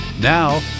Now